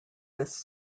this